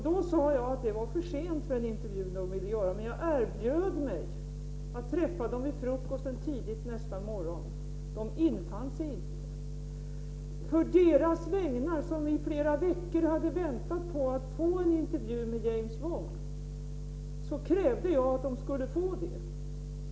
Då sade jag att det var för sent för den intervju som de ville göra, men jag erbjöd mig att träffa dem vid frukosten tidigt nästa morgon. De infann sig inte. De hade väntat i flera veckor på att få en intervju med James Wong. På deras vägnar krävde jag att de skulle få göra en sådan.